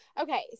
Okay